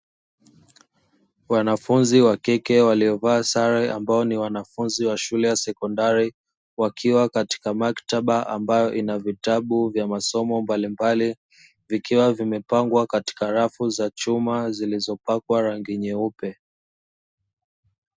Wanafunzi wa kike waliovaa sare, ambao ni wanafunzi wa shule ya sekondari, wakiwa katika maktaba ambayo ina vitabu vya masomo mbalimbali, vikiwa vimepangwa katika rafu za chuma zilizopakwa rangi nyeupe.